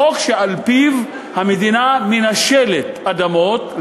זה החוק שעל-פיו המדינה מנשלת מאדמות,